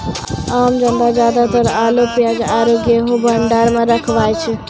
आम जनता ज्यादातर आलू, प्याज आरो गेंहूँ भंडार मॅ रखवाय छै